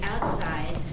outside